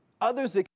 others